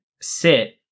sit